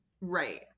Right